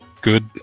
good